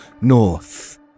north